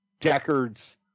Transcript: Deckard's